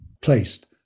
placed